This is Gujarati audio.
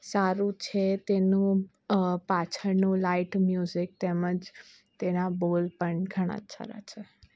સારું છે તેનું પાછળનું લાઇટ મ્યુજિક તેમજ તેના બોલ પણ ઘણા જ સારા છે